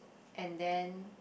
and then